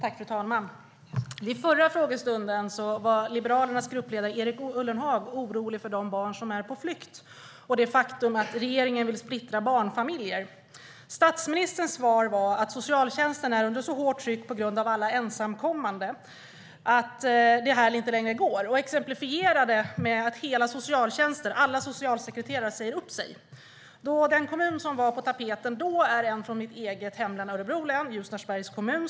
Fru talman! Vid den förra frågestunden med statsministern var Liberalernas gruppledare Erik Ullenhag orolig för de barn som är på flykt och det faktum att regeringen vill splittra barnfamiljer. Statsministerns svar var att socialtjänsten är under så hårt tryck på grund av alla ensamkommande att det inte längre går och exemplifierade med att hela socialtjänsten, alla socialsekreterare, säger upp sig. Den kommun som då var på tapeten är en i mitt eget hemlän Örebro län, Ljusnarsbergs kommun.